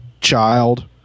child